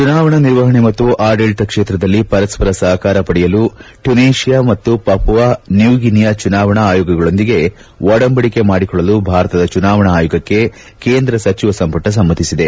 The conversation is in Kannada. ಚುನಾವಣಾ ನಿರ್ವಹಣೆ ಮತ್ತು ಆಡಳಿತ ಕ್ಷೇತ್ರದಲ್ಲಿ ಪರಸ್ಪರ ಸಹಕಾರ ಪಡೆಯಲು ಟುನೀತಿಯಾ ಮತ್ತು ಪಪವಾ ನ್ಯೂಗಿನಿಯಾ ಚುನಾವಣಾ ಆಯೋಗಗಳೊಂದಿಗೆ ಒಡಂಬಡಿಕೆ ಮಾಡಿಕೊಳ್ಳಲು ಭಾರತದ ಚುನಾವಣಾ ಆಯೋಗಕ್ಕೆ ಕೇಂದ್ರ ಸಚಿವ ಸಂಪುಟ ಸಮ್ನತಿಸಿದೆ